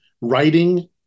writing